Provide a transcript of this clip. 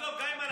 עזוב את המעון.